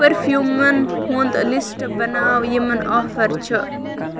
پٔرفیٛوٗمَن ہُنٛد لِسٹ بَناو یِمَن آفر چِھ